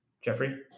Jeffrey